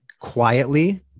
quietly